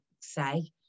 say